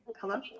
hello